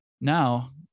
Now